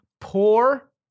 poor